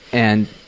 and,